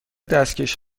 دستکش